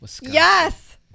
yes